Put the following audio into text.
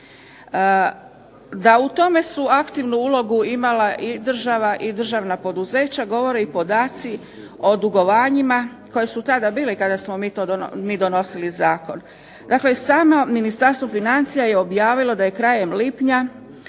Da u tome su aktivnu ulogu imala i država i državna poduzeća govore i podaci o dugovanjima koji su tada bili kada smo mi donosili zakon. Dakle, samo Ministarstvo financija je objavilo da je krajem lipnja